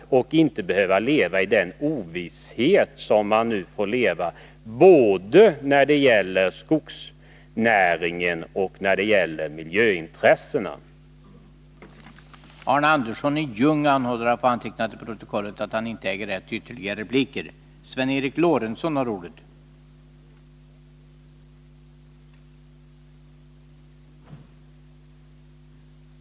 Man skall inte behöva fortsätta att leva i den ovisshet som man nu får leva i både när det gäller skogsnäringen och när det gäller miljöintressena i det här sammanhanget.